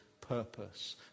purpose